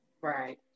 Right